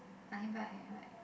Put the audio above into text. I invite I invite